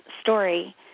story